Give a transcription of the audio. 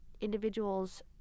individuals